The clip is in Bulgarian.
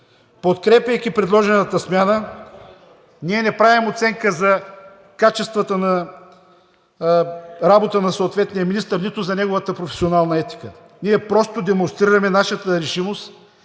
Подкрепяйки предложената смяна, ние не правим оценка за качествата на работа на съответния министър, нито за неговата професионална етика. Ние просто демонстрираме нашата решимост